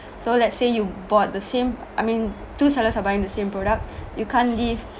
so let's say you bought the same I mean two sellers are buying the same product you can't leave